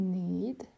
need